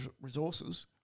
resources